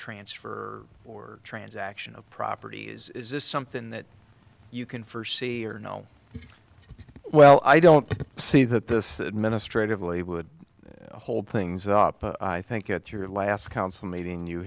transfer or transaction of property is this something that you can forsee or know well i don't see that this administratively would hold things up i think at your last council